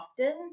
often